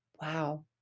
Wow